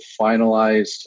finalized